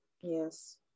Yes